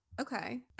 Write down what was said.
Okay